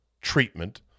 treatment